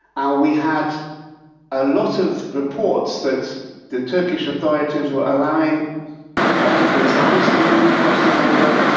and we had a lot of reports that the turkish authorities were allowing radical islamists to move across the border.